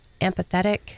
empathetic